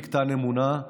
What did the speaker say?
אני קטן אמונה,